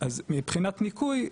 מבחינת ניכוי,